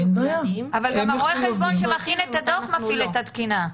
אבל רואה החשבון שמכין את הדוח מפעיל את התקינה.